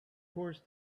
course